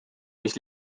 mis